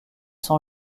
sans